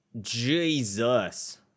Jesus